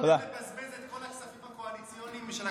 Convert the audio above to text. גמרתם לבזבז את כל הכספים הקואליציוניים שלקחתם?